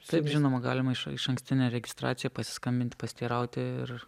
taip žinoma galima išankstinė registracija pasiskambinti pasiteirauti ir